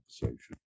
conversation